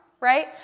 right